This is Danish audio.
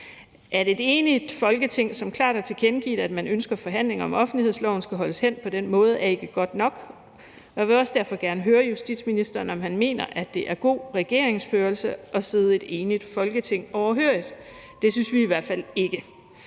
At et enigt Folketing, som klart har tilkendegivet, at man ønsker forhandlinger om offentlighedsloven, skal holdes hen på den måde, er ikke godt nok. Jeg vil derfor også gerne høre justitsministeren, om han mener, at det er god regeringsførelse at sidde et enigt Folketing overhørigt. Det synes vi i hvert fald ikke